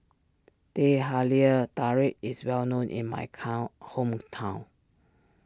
Teh Halia Tarik is well known in my cow hometown